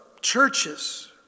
churches